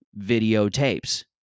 videotapes